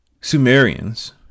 Sumerians